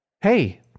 hey